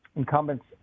incumbents